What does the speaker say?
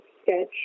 sketch